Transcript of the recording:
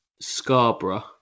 Scarborough